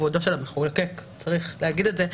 אפשר לבדוק את זה גם מול הפרקליטות.